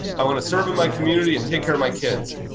i want to serve in my community and take care of my kids.